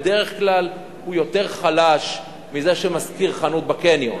בדרך כלל הוא חלש יותר מזה ששוכר חנות בקניון,